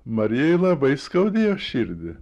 marijai labai skaudėjo širdį